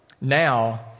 now